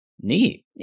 Neat